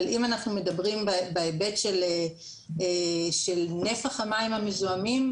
אבל אם אנחנו מדברים בהיבט של נפח המים המזוהמים,